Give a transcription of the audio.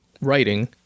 Writing